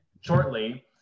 shortly